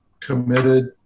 committed